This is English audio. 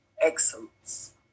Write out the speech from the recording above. excellence